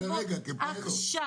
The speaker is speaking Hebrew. לטפל עכשיו